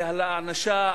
ועל הענשה,